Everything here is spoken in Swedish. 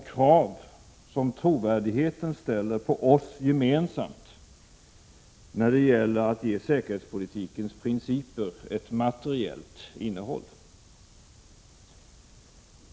1986/87:133 som trovärdigheten ställer på oss gemensamt när det gäller att ge säkerhets politikens principer ett materiellt innehåll.